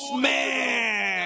man